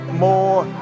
more